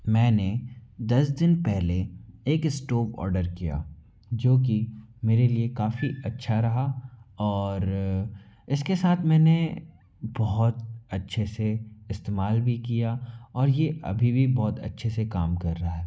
मैंने दस दिन पहले एक स्टॉव ऑर्डर किया जो कि मेरे लिए काफ़ी अच्छा रहा और इसके साथ मैंने बहुत अच्छे से इस्तेमाल भी किया और ये अभी भी बहुत अच्छे से कम कर रहा है